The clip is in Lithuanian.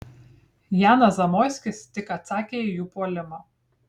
janas zamoiskis tik atsakė į jų puolimą